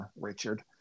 Richard